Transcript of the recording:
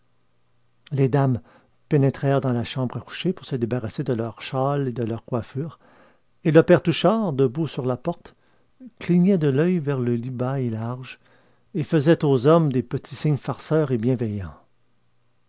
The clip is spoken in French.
les dames pénétrèrent dans la chambre à coucher pour se débarrasser de leurs châles et de leurs coiffures et le père touchard debout sur la porte clignait de l'oeil vers le lit bas et large et faisait aux hommes des petits signes farceurs et bienveillants